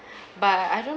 but I don't